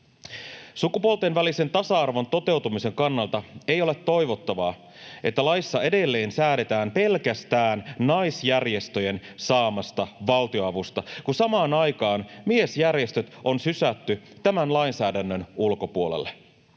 Sukupuolten välisen tasa-arvon toteutumisen kannalta ei ole toivottavaa, että laissa edelleen säädetään pelkästään naisjärjestöjen saamasta valtionavusta, kun samaan aikaan miesjärjestöt on sysätty tämän lainsäädännön ulkopuolelle.